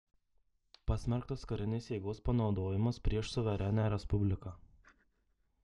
pasmerktas karinės jėgos panaudojimas prieš suverenią respubliką